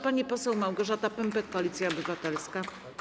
Pani poseł Małgorzata Pępek, Koalicja Obywatelska.